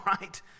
right